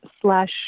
slash